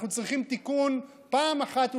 אנחנו צריכים תיקון פעם אחת ולתמיד,